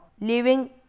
living